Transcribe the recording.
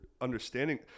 understanding